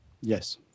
Yes